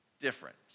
different